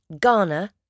Ghana